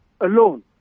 alone